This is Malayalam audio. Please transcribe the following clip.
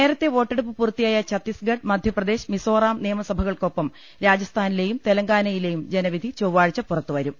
നേരത്തെ വോട്ടെടുപ്പ് പൂർത്തിയായ ചത്തീസ്ഗഡ് മധ്യപ്ര ദേശ് മിസോറാം നിയ്മസഭകൾക്കൊപ്പം രാജസ്ഥാനിലെയും തെല ങ്കാനയിലെയും ജനവിധി ചൊവ്വാഴ്ച പുറത്തുവരും